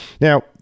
Now